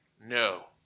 No